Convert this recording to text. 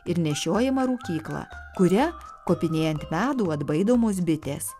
ir nešiojamą rūkyklą kuria kopinėjant medų atbaidomos bitės